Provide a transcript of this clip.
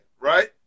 right